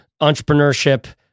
entrepreneurship